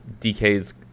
DK's